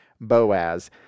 Boaz